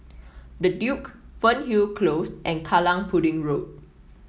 The Duke Fernhill Close and Kallang Pudding Road